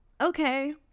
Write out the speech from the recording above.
okay